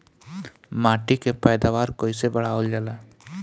माटी के पैदावार कईसे बढ़ावल जाला?